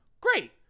great